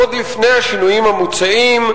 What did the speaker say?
עוד לפני השינויים המוצעים,